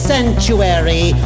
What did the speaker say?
Sanctuary